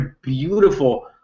beautiful